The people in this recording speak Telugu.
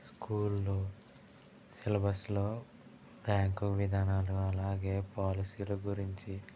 స్కూల్లో సిలబస్లో బ్యాంకు విధానాలు అలాగే పాలసీల గురించి